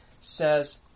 says